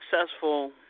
successful